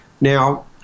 Now